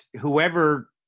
whoever